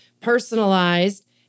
personalized